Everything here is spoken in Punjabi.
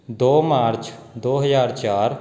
ਦੋ ਮਾਰਚ ਦੋ ਹਜ਼ਾਰ ਚਾਰ